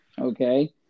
okay